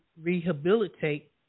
rehabilitate